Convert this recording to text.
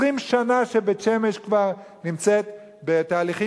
20 שנה שבית-שמש כבר נמצאת בתהליכים